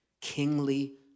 kingly